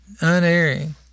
Unerring